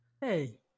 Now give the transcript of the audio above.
hey